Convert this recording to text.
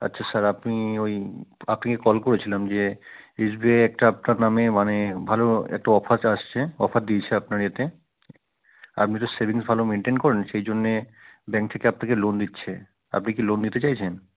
আচ্ছা স্যার আপনি ওই আপনাকে কল করেছিলাম যে এস বি আই একটা আপনার নামে মানে ভালো একটা অফার আসছে অফার দিয়েছে আপনার ইয়েতে আপনি তো সেভিংস ভালো মেনটেন করেন সেই জন্যে ব্যাঙ্ক থেকে আপনাকে লোন দিচ্ছে আপনি কি লোন নিতে চাইছেন